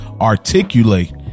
articulate